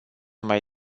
mai